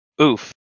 Oof